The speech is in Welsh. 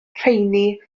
rheini